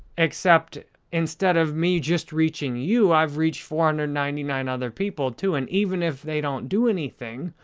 except instead of me just reaching you, i've reached four hundred and and ninety nine other people, too, and even if they don't do anything,